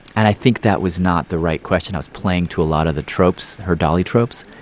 and i think that was not the right question. i was playing to a lot of the tropes, her dolly tropes.